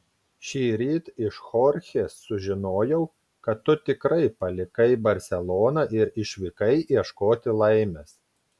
šįryt iš chorchės sužinojau kad tu tikrai palikai barseloną ir išvykai ieškoti laimės